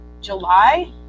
July